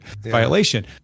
violation